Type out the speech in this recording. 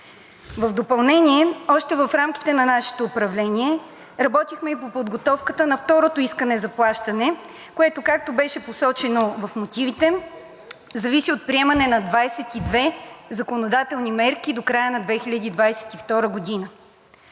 В допълнение още в рамките на нашето управление работихме и по подготовката на второто искане за плащане, което, както беше посочено в мотивите, зависи от приемане на 22 законодателни мерки до края на 2022 г.